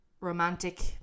romantic